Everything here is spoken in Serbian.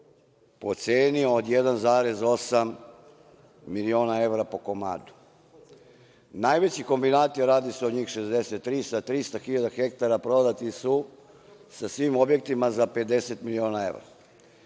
po ceni od 1,8 miliona evra po komadu. Najveći kombinati, radi se o njih 63, sa 300 hiljada hektara prodati su sa svim objektima za 50 miliona evra.